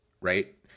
right